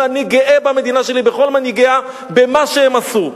ואני גאה במדינה שלי, בכל מנהיגיה, במה שהם עשו.